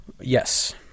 Yes